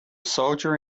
soldier